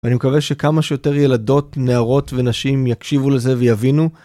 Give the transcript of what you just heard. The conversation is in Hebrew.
ואני מקווה שכמה שיותר ילדות, נערות ונשים יקשיבו לזה ויבינו.